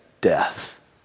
death